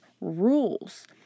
rules